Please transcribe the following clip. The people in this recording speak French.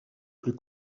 plus